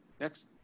Next